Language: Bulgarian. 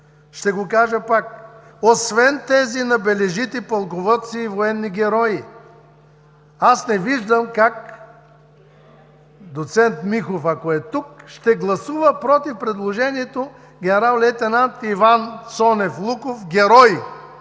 Ще го кажа пак, освен тези на бележити пълководци и военни герои. Аз не виждам как доц. Михов, ако е тук, ще гласува „против“ предложението за генерал-лейтенант Иван Цонев Луков – герой